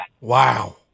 wow